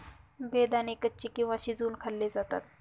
बेदाणे कच्चे किंवा शिजवुन खाल्ले जातात